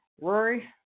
Rory